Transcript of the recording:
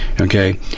okay